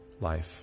life